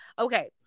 okay